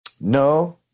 No